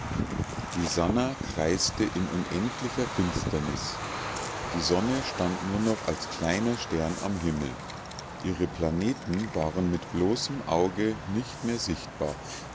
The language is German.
die sannah kreiste in unendlicher finsternis die sonne stand nur noch als kleiner stern am himmel ihre planeten waren mit dem bloßen auge nicht mehr sichtbar